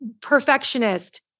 perfectionist